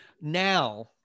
Now